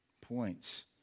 points